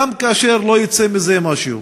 גם כאשר לא יצא מזה משהו.